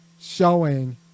showing